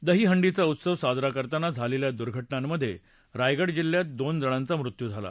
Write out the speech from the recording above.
दहिहंडीचा उत्सव साजरा करताना झालेल्या दुर्घटनांमध्ये रायगड जिल्हयात दोन जणांचा मृत्यू झाला